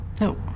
No